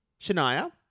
Shania